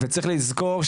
וצריך לזכור,